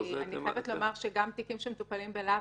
לא --- אני חייבת להגיד שגם תיקים שמטופלים בלהב,